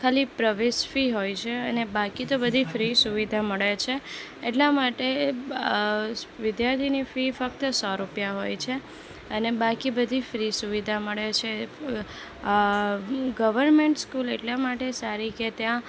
ખાલી પ્રવેશ ફી હોય છે અને બાકી તો બધી ફ્રી સુવિધા મળે છે એટલા માટે વિધાર્થીની ફી ફક્ત સો રૂપિયા હોય છે અને બાકી બધી ફ્રી સુવિધા મળે છે ગવરમેન્ટ સ્કૂલ એટલા માટે સારી કે ત્યાં